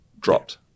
dropped